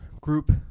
group